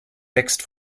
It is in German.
wächst